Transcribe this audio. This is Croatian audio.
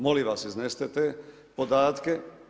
Molim vas iznesite te podatke.